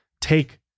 take